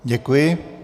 Děkuji.